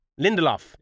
Lindelof